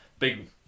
Big